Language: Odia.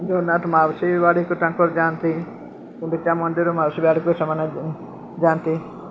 ଜଗନ୍ନାଥ ମାଉସୀ ବାଡ଼ିକୁ ତାଙ୍କର ଯାଆନ୍ତି ଗୁଣ୍ଡିଚା ମନ୍ଦିର ମାଉସୀ ବାଡ଼ିକୁ ସେମାନେ ଯାଆନ୍ତି